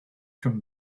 can